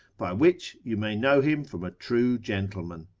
by which you may know him from a true gentleman.